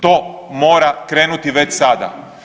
To mora krenuti već sada.